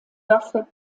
waffe